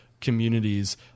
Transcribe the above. communities